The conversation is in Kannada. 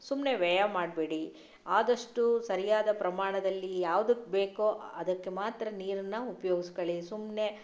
ಸುಮ್ಮನೆ ವ್ಯಯ ಮಾಡಬೇಡಿ ಆದಷ್ಟು ಸರಿಯಾದ ಪ್ರಮಾಣದಲ್ಲಿ ಯಾವ್ದಕ್ಕೆ ಬೇಕೋ ಅದಕ್ಕೆ ಮಾತ್ರ ನೀರನ್ನು ಉಪ್ಯೋಗ್ಸ್ಕೊಳಿ ಸುಮ್ಮನೆ